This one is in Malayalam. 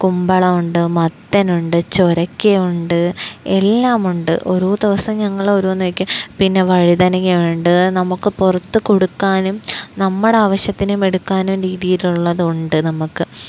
കുമ്പളമുണ്ട് മത്തനുണ്ട് ചൊരയ്ക്കയുണ്ട് എല്ലാമുണ്ട് ഒരോ ദിവസം ഞങ്ങള് ഓരോന്ന് വെയ്ക്കും പിന്നെ വഴുതനങ്ങയുണ്ട് നമുക്ക് പുറത്ത് കൊടുക്കാനും നമ്മുടെ ആവശ്യത്തിന് എടുക്കാനും രീതിയിലുള്ളതുണ്ട് നമുക്ക്